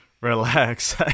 relax